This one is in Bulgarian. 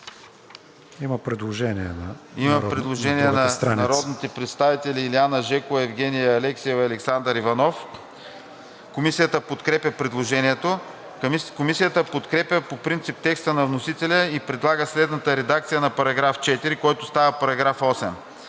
има предложение на народните представители Илиана Жекова, Евгения Алексиева и Александър Иванов. Комисията подкрепя предложението. Комисията подкрепя по принцип текста на вносителя и предлага следната редакция на § 4, който става § 8: „§ 8.